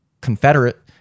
Confederate